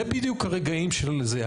זה בדיוק הרגעים של זה.